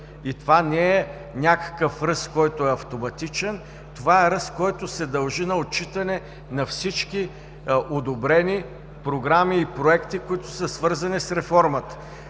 И това не е някакъв ръст, който е автоматичен, това е ръст, който се дължи на отчитане на всички одобрени програми и проекти, които са свързани с реформата.